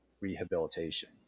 rehabilitation